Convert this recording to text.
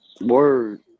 Word